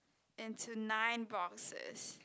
into nine boxes